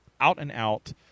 out-and-out